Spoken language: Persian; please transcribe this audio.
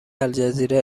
الجزیره